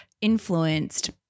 influenced